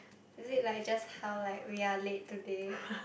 is it like just how like we are late today